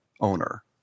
owner